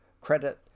credit